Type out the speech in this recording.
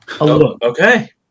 Okay